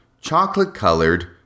chocolate-colored